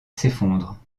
s’effondre